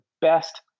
best